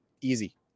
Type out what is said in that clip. easy